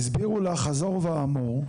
הסבירו לך חזור ואמור,